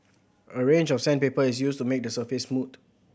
a range of sandpaper is used to make the surface smooth